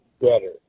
better